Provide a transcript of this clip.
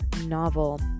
novel